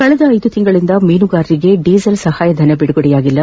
ಕಳೆದ ಐದು ತಿಂಗಳಿಂದ ಮೀನುಗಾರರಿಗೆ ಡೀಸೆಲ್ ಸಹಾಯಧನ ಬಿಡುಗಡೆಯಾಗಿಲ್ಲ